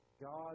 God